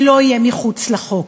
ולא יהיה מחוץ לחוק,